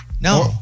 No